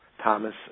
Thomas